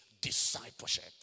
discipleship